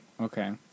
okay